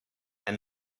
and